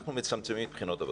אנחנו מצמצמים את בחינות הבגרות.